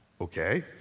Okay